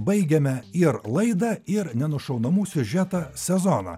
baigiame ir laidą ir nenušaunamų siužetą sezoną